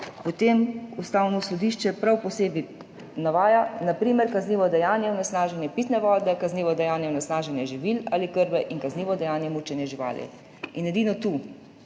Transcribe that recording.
potem Ustavno sodišče prav posebej navaja: »Na primer kaznivo dejanje onesnaženje pitne vode, kaznivo dejanje onesnaženja živil ali krme in kaznivo dejanje mučenja živali.« In edino tu